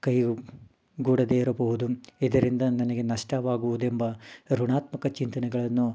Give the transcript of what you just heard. ಕೈಗೂಡದೇ ಇರಬಹುದು ಇದರಿಂದ ನನಗೆ ನಷ್ಟವಾಗುವುದೆಂಬ ಋಣಾತ್ಮಕ ಚಿಂತನೆಗಳನ್ನು